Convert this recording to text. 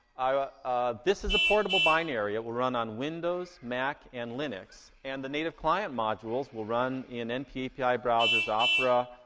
this is a portable binary. it will run on windows, mac, and linux, and the native client modules will run in npapi browsers opera,